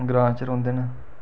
ग्रांऽ च रौंह्दे न